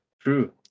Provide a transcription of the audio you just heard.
true